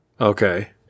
Okay